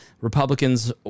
Republicans